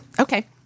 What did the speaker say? Okay